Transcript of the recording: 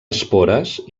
espores